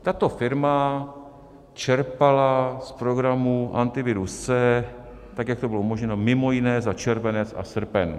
Tato firma čerpala z programu Antivirus C, tak jak to bylo umožněno, mimo jiné za červenec a srpen.